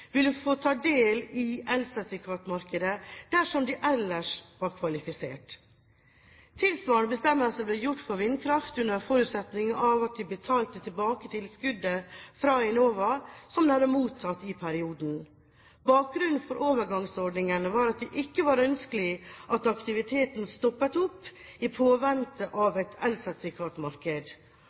ville få ta del i elsertifikatmarkedet dersom de ellers var kvalifisert. Tilsvarende bestemmelse ble gjort for vindkraften under forutsetning av at de betalte tilbake tilskudd fra Enova som de hadde mottatt i perioden. Bakgrunnen for overgangsordningene var at det ikke var ønskelig at aktiviteten stoppet opp i påvente av et elsertifikatmarked.